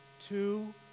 two